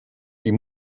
die